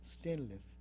stainless